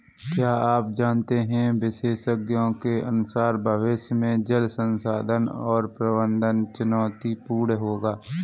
क्या आप जानते है विशेषज्ञों के अनुसार भविष्य में जल संसाधन का प्रबंधन चुनौतीपूर्ण होगा